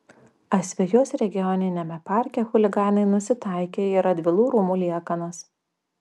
asvejos regioniniame parke chuliganai nusitaikė į radvilų rūmų liekanas